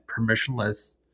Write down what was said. permissionless